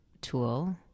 tool